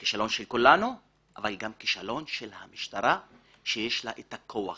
זה כישלון של כולנו אבל זה גם כישלון של המשטרה שיש לה את הכוח,